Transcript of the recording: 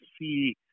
see